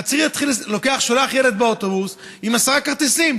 אתה שולח ילד באוטובוס עם עשרה כרטיסים,